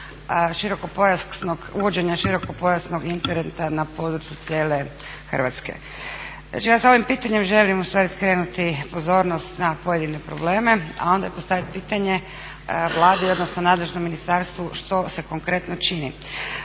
uvođenja širokopojasnog interneta na području cijele Hrvatske. Znači ja s ovim pitanjem želim ustvari skrenuti pozornost na pojedine probleme, a onda i postavit pitanje Vladi odnosno nadležnom ministarstvu što se konkretno čini.